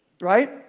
Right